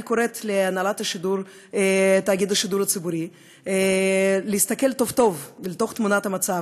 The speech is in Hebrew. אני קוראת להנהלת תאגיד השידור הציבורי להסתכל טוב טוב על תמונת המצב,